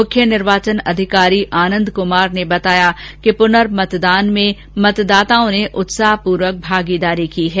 मुख्य निर्वाचन अधिकारी आनंद कुमार ने बताया कि पुनर्मदान में मतदाताओं ने उत्साहपूर्वक भागीदारी की है